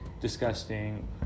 disgusting